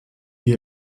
wir